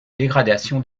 dégradation